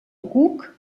cuc